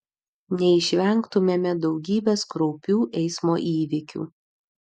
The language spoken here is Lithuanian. neišvengtumėme daugybės kraupių eismo įvykių